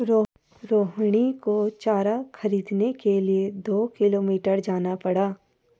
रोहिणी को चारा खरीदने के लिए दो किलोमीटर जाना पड़ा